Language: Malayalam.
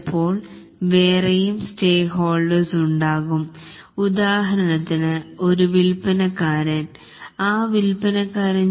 ചിലപ്പോൾ വേറെയും സ്റ്റേക്കഹോൾഡേഴ്സ് ഉണ്ടാകും ഉദാഹരണത്തിന് ഒരു വെണ്ടർ അഥവാ വിൽപ്പനക്കാരൻ